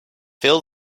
fill